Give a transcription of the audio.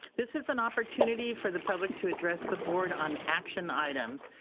this is an opportunity for the public to address the board on action items.